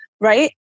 right